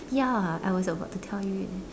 ya I was about to tell you already